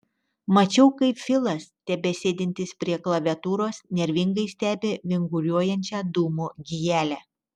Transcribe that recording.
mačiau kaip filas tebesėdintis prie klaviatūros nervingai stebi vinguriuojančią dūmų gijelę